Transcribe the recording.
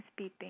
beeping